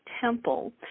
Temple